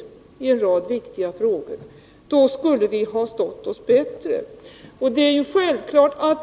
Om det hade gjorts, hade vi nu stått oss bättre.